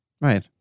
Right